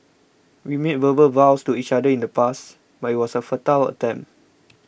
we made verbal vows to each other in the pasts my was a futile attempt